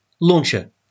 launcher